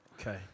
Okay